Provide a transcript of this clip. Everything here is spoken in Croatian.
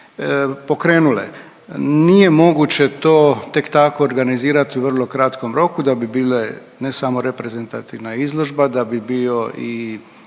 pokrenule. Nije moguće to tek tako organizirati u vrlo kratkom roku da bi bile ne samo reprezentativna izložba, da bi bio i